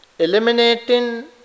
Eliminating